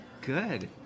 Good